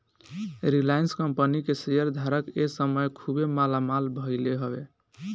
Reliance company के share धारक ए समय खुबे मालामाल भईले हवे